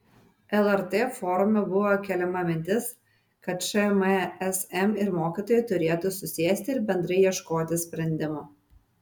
lrt forume buvo keliama mintis kad šmsm ir mokytojai turėtų susėsti ir bendrai ieškoti sprendimų